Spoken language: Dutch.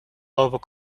lopen